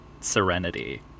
Serenity